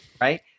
Right